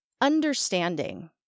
understanding